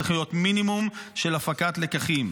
צריך להיות מינימום של הפקת לקחים.